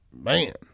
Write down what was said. Man